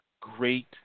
great